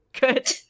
good